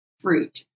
fruit